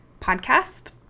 podcast